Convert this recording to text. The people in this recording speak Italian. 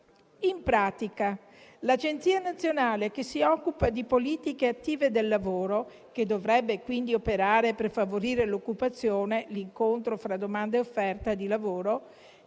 In pratica, l'Agenzia nazionale che si occupa di politiche attive del lavoro, che dovrebbe quindi operare per favorire l'occupazione, l'incontro fra domanda e offerta di lavoro,